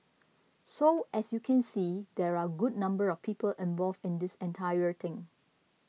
so as you can see there are a good number of people involved in this entire thing